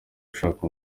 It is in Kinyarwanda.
ashaka